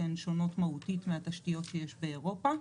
שהן שונות מהותית מהתשתיות שיש באירופה,